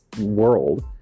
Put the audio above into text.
world